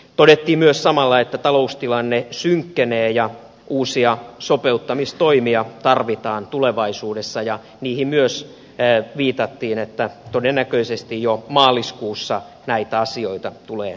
todettiin myös samalla että taloustilanne synkkenee ja uusia sopeuttamistoimia tarvitaan tulevaisuudessa ja siihen myös viitattiin että todennäköisesti jo maaliskuussa näitä asioita tulee eteemme